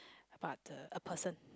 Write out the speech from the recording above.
but uh a person